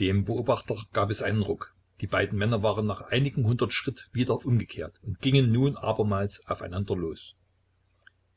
dem beobachter gab es einen ruck die beiden männer waren nach einigen hundert schritt wieder umgekehrt und gingen nun abermals aufeinander los